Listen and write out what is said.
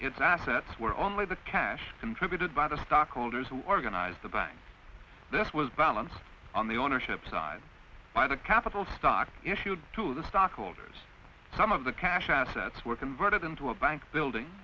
its assets were only the cash contributed by the stockholders who organized the banks this was balanced on the ownership side by the capital stock issued to the stockholders some of the cash assets were converted into a bank building